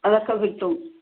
അതൊക്കെ കിട്ടും